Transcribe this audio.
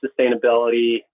sustainability